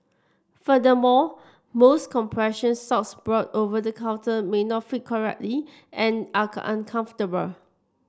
furthermore most compression socks bought over the counter may not fit correctly and are uncomfortable